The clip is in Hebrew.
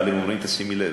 אבל הם אומרים, תשימי לב,